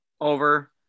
over